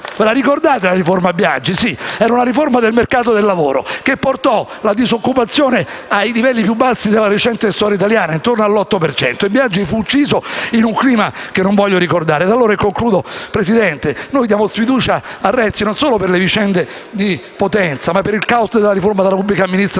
La ricordate la riforma Biagi? Era la riforma del mercato del lavoro che portò la disoccupazione ai livelli più bassi della recente storia italiana, intorno all'8 per cento. E Biagi fu ucciso in un clima che non voglio ricordare. Presidente, noi diamo sfiducia a Renzi non solo per le vicende di Potenza, ma per il *caos* della riforma della pubblica amministrazione,